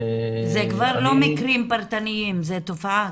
זה כבר לא מקרים פרטניים, זה תופעה.